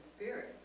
Spirit